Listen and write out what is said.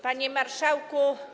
Panie Marszałku!